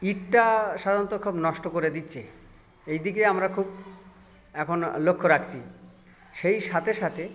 ইঁটটা সাধারণত কেউ নষ্ট করে দিচ্ছে এই দিকে আমরা খুব এখন লক্ষ্য রাখছি সেই সাথে সাথে